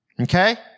Okay